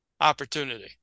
opportunity